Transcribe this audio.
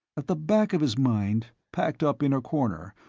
at the back of his mind, packed up in a corner,